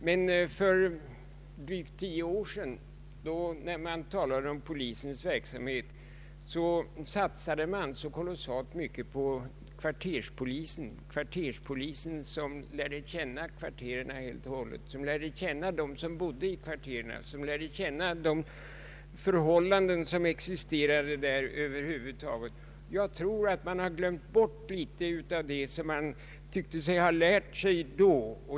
Men för drygt tio år sedan när polisens verksamhet diskuterades satsade man på kvarterspoliser, som lärde känna kvarteren helt och hållet och de människor som bodde där. De skulle över huvud taget lära känna de förhållanden som existerade där. Jag tror att man nu har glömt bort litet av det som man då tyckte att man hade lärt sig.